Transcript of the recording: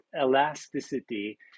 elasticity